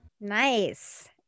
Nice